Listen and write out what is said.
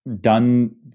done